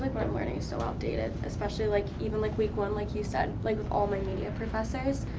my my learning is so outdated. especially, like even like week one, like you said, like all my media professors,